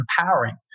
empowering